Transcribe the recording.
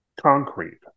concrete